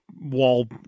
wall